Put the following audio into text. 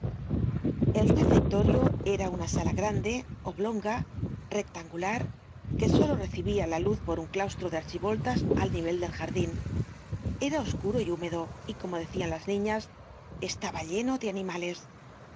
el refectorio era una sala grande oblonga rectangular que solo recibía la luz por un claustro de archivoltas al nivel del jardin era oscuro y húmedo y como decian las niñas estaba lleno de animales